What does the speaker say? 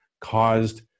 caused